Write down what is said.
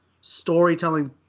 storytelling